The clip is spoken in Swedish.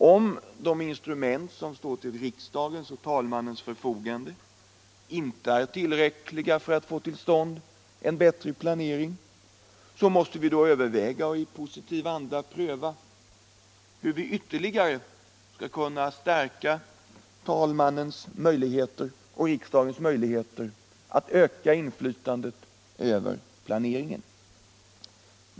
Om de instrument som står till talmannens förfogande inte är tillräckliga för att få till stånd en ordentlig planering, så måste vi överväga och i positiv anda pröva hur vi skall kunna stärka talmannens och riksdagens möjligheter att öka inflytandet över planeringen.